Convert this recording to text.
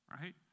right